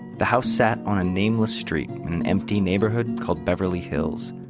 the house sat on a nameless street in an empty neighborhood called beverly hills.